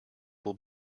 will